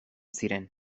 ziren